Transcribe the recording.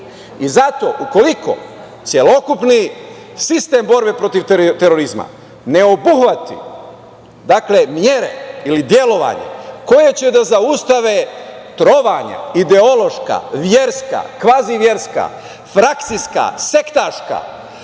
Zato, ukoliko celokupni sistem borbe protiv terorizma ne obuhvati mere ili delovanje koje će da zaustave trovanja, ideološka, verska, kvaziverska, frakcijska, sektaška,